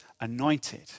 anointed